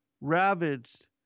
ravaged